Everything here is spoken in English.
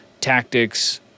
tactics